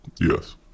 Yes